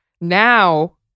Now